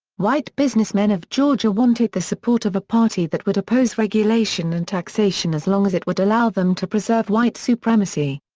white businessmen of georgia wanted the support of a party that would oppose regulation and taxation as long as it would allow them to preserve white supremacy.